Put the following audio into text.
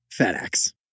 FedEx